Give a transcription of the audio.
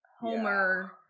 homer